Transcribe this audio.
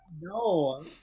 No